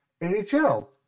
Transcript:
NHL